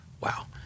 Wow